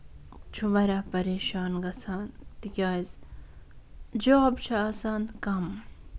چھُ واریاہ پَریشان گژھان تِکیٛازِ جاب چھُ آسان کَم